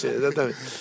exatamente